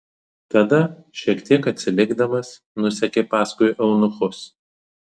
tada šiek tiek atsilikdamas nusekė paskui eunuchus